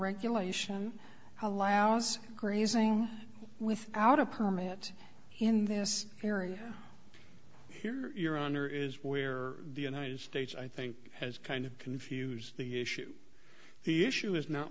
regulation allows grazing without a permit in this area here your honor is where the united states i think has kind of confused the issue the issue is not